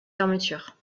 fermeture